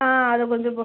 ஆ அது கொஞ்சம் இப்போ